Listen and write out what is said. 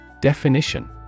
DEFINITION